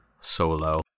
Solo